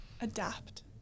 adapt